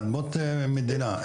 אדמות מדינה,